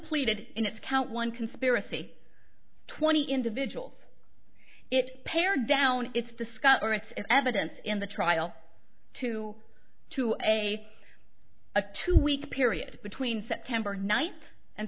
pleaded in its count one conspiracy twenty individuals it's pared down it's to scott or it's evidence in the trial two to a a two week period between september ninth and